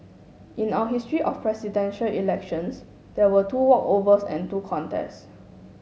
in our history of Presidential Elections there were two walkovers and two contests